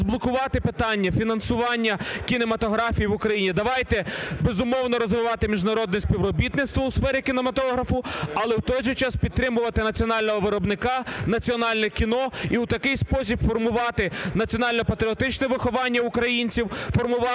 підтримувати національного виробника, національне кіно і у такий спосіб формувати національно-патріотичне виховання українців, формувати і